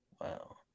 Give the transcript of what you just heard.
Wow